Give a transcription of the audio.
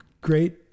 great